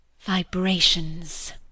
vibrations